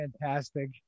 fantastic